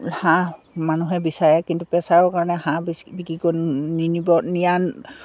হাঁহ মানুহে বিচাৰে কিন্তু প্ৰেচাৰৰ কাৰণে হাঁহ বি বিক্ৰী কৰি নিনিব নিয়া